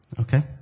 Okay